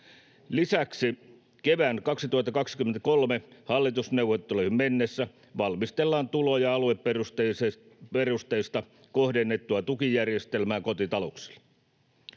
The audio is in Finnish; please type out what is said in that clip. Lisäksi kevään 2023 hallitusneuvotteluihin mennessä valmistellaan tulo- ja alueperusteista kohdennettua tukijärjestelmää kotitalouksille.